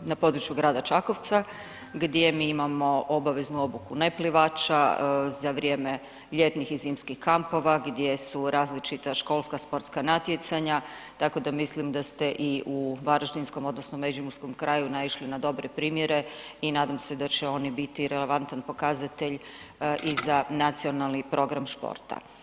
na području grada Čakovca gdje mi imamo obaveznu obuku neplivača za vrijeme ljetnih i zimskih kampova, gdje su različita školska, sportska natjecanja tako da mislim da ste i u varaždinskom odnosno međimurskom kraju naišli na dobre primjere i nadam se da će oni biti relevantan pokazatelj i za Nacionalni program športa.